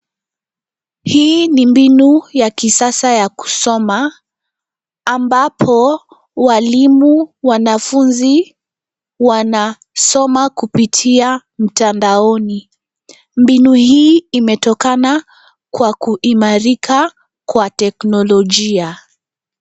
Hii ni mbinu ya kisasa ya kusoma ambapo walimu, wanafunzi wanasoma kupitia mtandaoni. Mbinu hii imetokana kwa kuimarika kwa teknolojia.